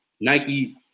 Nike